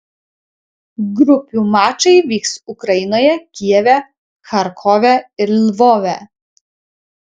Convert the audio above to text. grupių mačai vyks ukrainoje kijeve charkove ir lvove